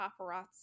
paparazzi